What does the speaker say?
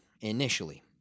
initially